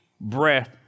breath